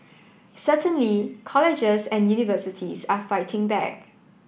certainly colleges and universities are fighting back